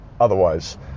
otherwise